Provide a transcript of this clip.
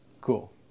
Cool